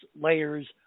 layers